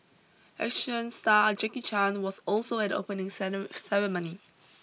action star Jackie Chan was also at opening ceremony